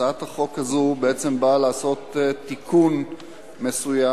הצעת החוק הזאת בעצם באה לעשות תיקון מסוים,